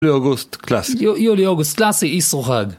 יולי אוגוסט קלאסי. יולי אוגוסט קלאסי איסרו חג.